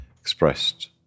expressed